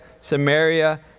Samaria